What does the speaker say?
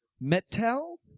Metal